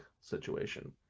situation